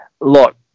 Look